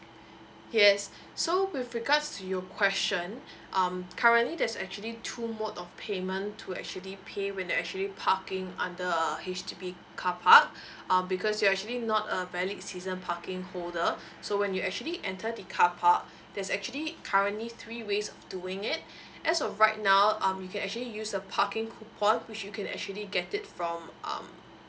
yes so with regards to your question um currently there's actually two mode of payment to actually pay when you're actually parking under H_D_B car park um because you're actually not a valid season parking holder so when you actually enter the car park there's actually currently three ways of doing it as of right now um you can actually use a parking coupon which you can actually get it from um